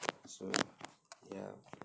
so ya